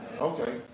Okay